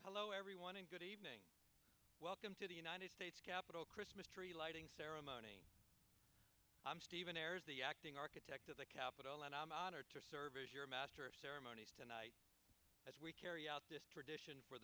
hello everyone and good evening welcome to the united states capitol christmas tree lighting ceremony i'm stephen ayres the acting architect of the capitol and i'm honored to serve as your master of ceremonies tonight as we carry out this tradition for